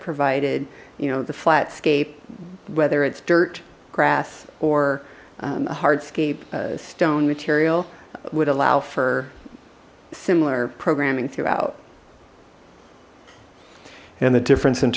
provided you know the flat scape whether it's dirt grass or a hard scape stone material would allow for similar programming throughout and the difference in